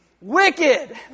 wicked